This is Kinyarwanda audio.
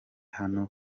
hano